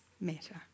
matter